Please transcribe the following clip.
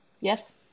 Yes